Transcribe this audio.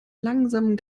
langsamen